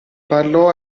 parlò